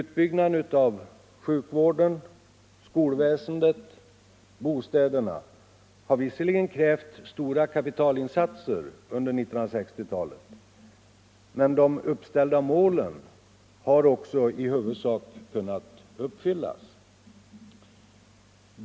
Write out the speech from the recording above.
Utbyggnaden av sjukvården, skolväsendet och bostäderna har visserligen krävt stora kapitalinsatser under 1960-talet, men de uppställda målen har också i huvudsak kunnat nås.